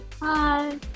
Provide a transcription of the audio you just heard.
hi